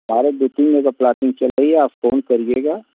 सारे बिकेंगे तो प्लाटिंग चल रही है आप फोन करिएगा